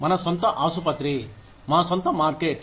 మన సొంతం ఆసుపత్రి మా సొంత మార్కెట్